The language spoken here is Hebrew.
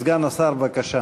סגן השר, בבקשה.